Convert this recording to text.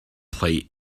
play